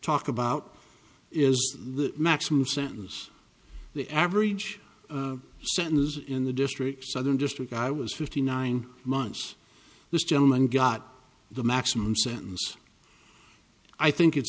talk about is the maximum sentence the average sentence in the district southern district i was fifty nine months this gentleman got the maximum sentence i think it's